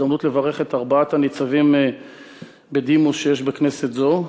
הזדמנות לברך את ארבעת הניצבים בדימוס שיש בכנסת זו,